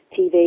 TV